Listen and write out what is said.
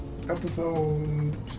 Episode